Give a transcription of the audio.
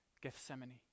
gethsemane